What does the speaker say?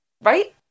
Right